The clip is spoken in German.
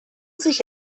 sich